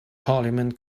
parliament